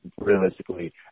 realistically